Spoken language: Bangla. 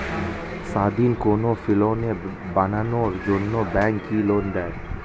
স্বাধীন কোনো ফিল্ম বানানোর জন্য ব্যাঙ্ক কি লোন দেয়?